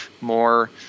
more